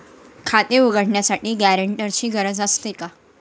खाते उघडण्यासाठी गॅरेंटरची गरज असते का?